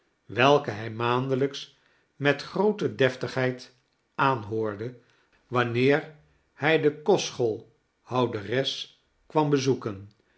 welke hij maandelijks met groote deftigheid aanhoorde wanneer hij de kostschoolhouderes kwam bezoeken